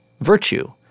virtue